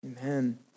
Amen